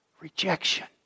Rejection